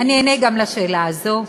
אני אענה גם על השאלה הזאת.